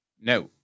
No